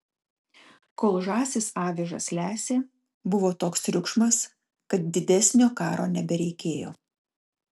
kol žąsys avižas lesė buvo toks triukšmas kad didesnio karo nebereikėjo